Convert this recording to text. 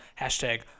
hashtag